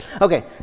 Okay